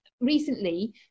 recently